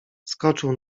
skoczył